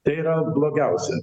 tai yra blogiausia